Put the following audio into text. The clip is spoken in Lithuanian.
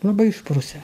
labai išprusę